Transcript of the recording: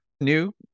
new